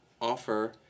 offer